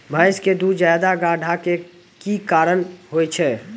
भैंस के दूध ज्यादा गाढ़ा के कि कारण से होय छै?